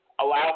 Allow